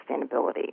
sustainability